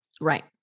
Right